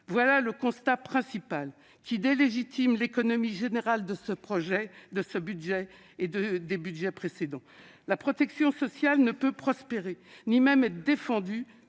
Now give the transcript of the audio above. Voilà le constat principal qui délégitime l'économie générale de ce budget- comme celle des budgets précédents. La protection sociale ne peut prospérer, ni même être défendue,